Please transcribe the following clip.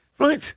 Right